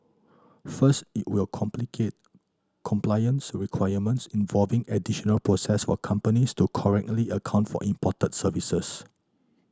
first it will complicate compliance requirements involving additional process for companies to correctly account for imported services